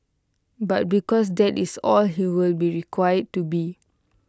but because that IT is all he will be required to be